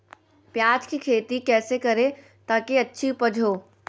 प्याज की खेती कैसे करें ताकि अच्छी उपज हो?